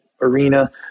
arena